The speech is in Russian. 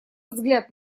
взгляд